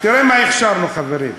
תראו מה הכשרנו, חברים.